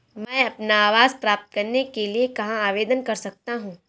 मैं अपना आवास प्राप्त करने के लिए कहाँ आवेदन कर सकता हूँ?